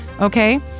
Okay